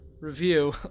review